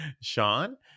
sean